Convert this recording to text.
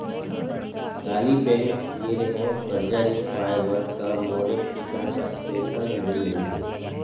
काली bank गे रेहेव करजा लिखवाय बर त मोर एक एकड़ खेत ह जुड़े नइ हे